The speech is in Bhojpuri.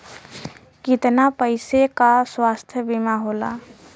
कितना पैसे का स्वास्थ्य बीमा होला?